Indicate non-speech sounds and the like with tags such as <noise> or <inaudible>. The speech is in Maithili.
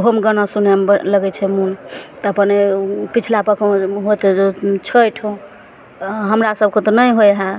ओहोमे गाना सुनयमे बड़ लगै छै मोन तऽ अपने ओ पछिला <unintelligible> होतै छठि हमरा सभके तऽ नहि होइ हइ